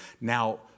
Now